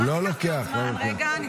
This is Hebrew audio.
אני צריכה את החוק.